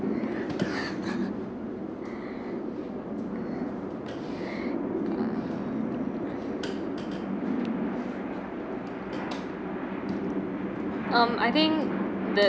um I think the